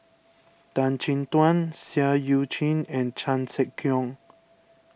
Tan Chin Tuan Seah Eu Chin and Chan Sek Keong